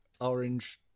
orange